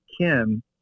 Kim